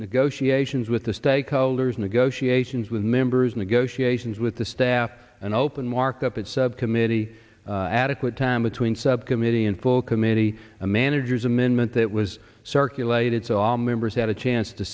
negotiations with the stakeholders negotiations with members negotiations with the staff and open mark up at subcommittee adequate time between subcommittee and full committee a manager's amendment that was circulated so all members had a chance to